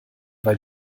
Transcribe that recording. weil